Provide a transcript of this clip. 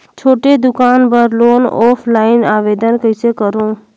छोटे दुकान बर लोन ऑफलाइन आवेदन कइसे करो?